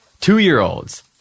Two-year-olds